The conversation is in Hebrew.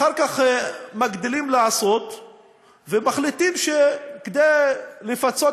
אחר כך מגדילים לעשות ומחליטים שכדי לפצות